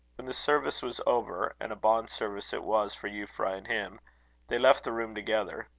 when the service was over and a bond service it was for euphra and him they left the room together.